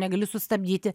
negali sustabdyti